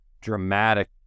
dramatic